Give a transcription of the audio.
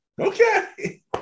Okay